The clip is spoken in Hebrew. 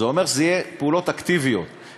זה אומר שיהיו פעולות אקטיביות.